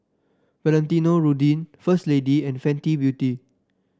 Valentino Rudy First Lady and Fenty Beauty